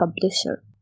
publisher